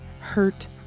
hurt